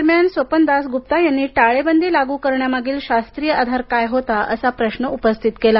दरम्यान स्वपन दासगुप्ता यांनी टाळेबंदी लागू करण्यामागील शास्त्रीय आधार काय होता असा प्रश्न उपस्थित केला